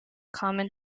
common